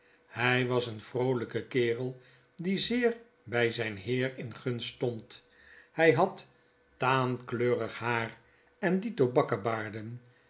hy was een vroolyke kerel die zeer bij zyn heer in gunst stond hy had taankleurig haar en dito